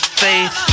faith